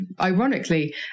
ironically